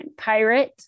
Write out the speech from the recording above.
Pirate